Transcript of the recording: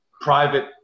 private